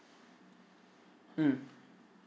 mm